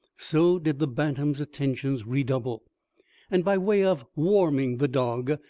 so did the bantam's attentions redouble and by way of warming the dog,